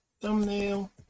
thumbnail